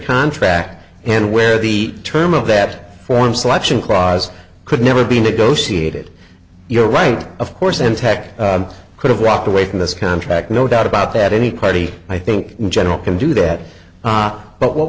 contract and where the term of that form selection crys could never be negotiated you're right of course and tech could have walked away from this contract no doubt about that any quality i think in general can do that but what